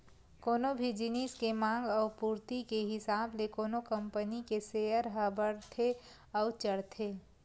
कोनो भी जिनिस के मांग अउ पूरति के हिसाब ले कोनो कंपनी के सेयर ह बड़थे अउ चढ़थे